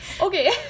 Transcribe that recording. Okay